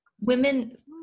women